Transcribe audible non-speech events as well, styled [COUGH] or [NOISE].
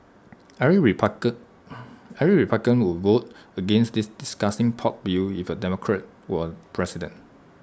every [UNINTELLIGIBLE] every republican would vote against this disgusting pork bill if A Democrat were president